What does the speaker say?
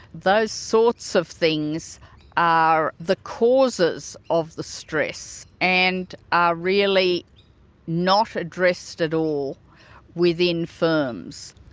those sorts of things are the causes of the stress and are really not addressed at all within firms.